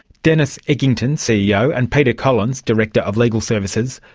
dennis eggington, ceo, and peter collins, director of legal services,